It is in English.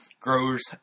growers